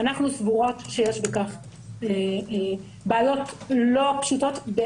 אנחנו סבורות שיש בכך בעיות לא פשוטות.